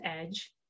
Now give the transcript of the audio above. edge